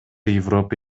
европа